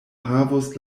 havus